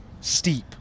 steep